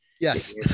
yes